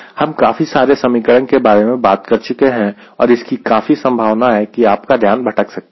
हम काफी सारे समीकरण के बारे में बात कर चुके हैं और इसकी काफी संभावना है कि आपका ध्यान भटक सकता है